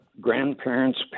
grandparents